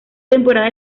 temporada